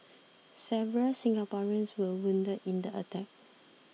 several Singaporeans were wounded in the attack